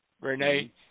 Renee